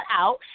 out